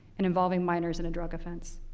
and involving minors in a drug offense.